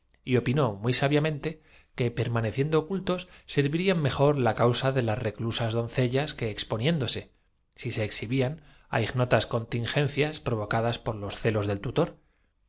y opinó muy sabiamente duda que permaneciendo ocultos servirían mejor la causa de diga uzté y ezo ce come con cuchara ó con te las reclusas doncellas que exponiéndose si se exhi nedor bían á ignotas contingencias provocadas por los celos la